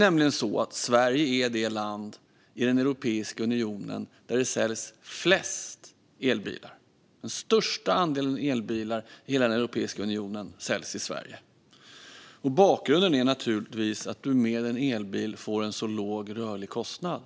Sverige är nämligen det land i Europeiska unionen där det säljs flest elbilar. Den största andelen elbilar i hela Europeiska unionen säljs i Sverige. Bakgrunden är naturligtvis att man med en elbil får en låg rörlig kostnad.